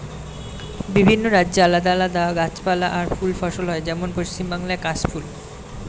বিভিন্ন রাজ্যে আলাদা আলাদা গাছপালা আর ফুল ফসল হয়, যেমন পশ্চিম বাংলায় কাশ ফুল